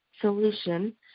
solution